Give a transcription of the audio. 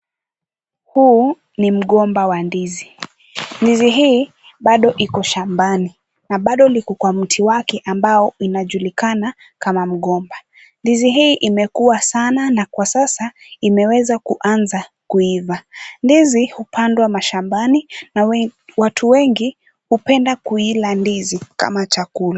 Huu ni mgomba wa ndizi. Ndizi hii bado iko shambani na bado liko kwa mti wake ambao inajulikana kama mgomba. Ndizi hii imekuwa sana na kwa sasa imeweza kuanza kuiva. Ndizi hupandwa mashambani na watu wengi hupenda kuila ndizi kama chakula.